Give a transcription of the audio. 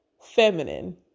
feminine